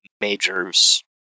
Majors